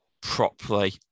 properly